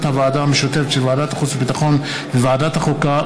הוועדה המשותפת של ועדת החוץ והביטחון וועדת החוקה,